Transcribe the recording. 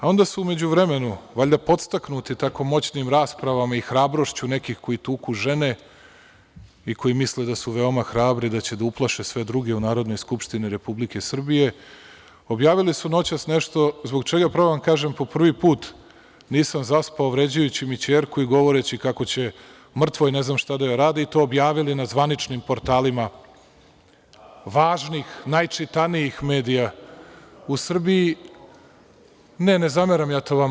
Onda su u međuvremenu, valjda podstaknuti tako moćnim raspravama i hrabrošću neki koji tuku žene i koji misle da su veoma hrabri da će da uplaše sve druge u Narodnoj skupštini Republike Srbije, objavili su noćas nešto, zbog čega pravo da vam kažem po prvi put nisam zaspao vređajući mi ćerku i govoreći kako će mrtvoj ne znam šta da joj rade i to objavili na zvaničnim portalima važnih najčitanijih medija u Srbiji. (Poslanici Dveri dobacuju.) Ne, ne zameravam ja to vama.